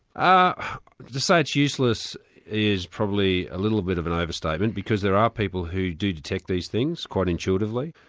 ah to say it's useless is probably a little bit of an overstatement because there are people who do detect these things, quite intuitively.